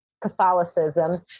Catholicism